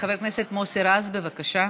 חבר הכנסת מוסי רז, בבקשה.